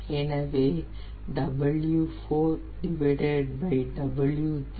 எனவே e 1800 0